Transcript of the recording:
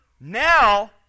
Now